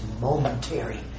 momentary